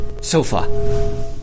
sofa